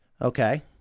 okay